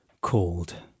called